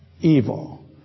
evil